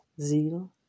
zeal